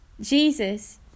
jesus